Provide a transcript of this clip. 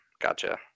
Gotcha